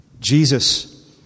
Jesus